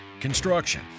construction